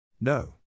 No